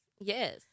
Yes